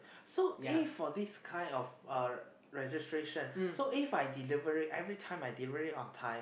so if for this kind of uh registration so If I deliver it every time I deliver it on time